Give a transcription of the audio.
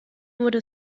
wurde